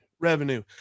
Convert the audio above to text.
revenue